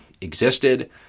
existed